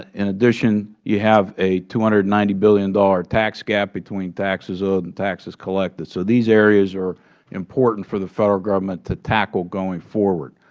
in addition, you have a two hundred and ninety billion dollars tax gap between taxes owed and taxes collected. so these areas are important for the federal government to tackle going forward.